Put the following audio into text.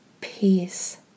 peace